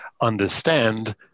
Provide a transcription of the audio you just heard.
understand